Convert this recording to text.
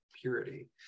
purity